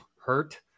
hurt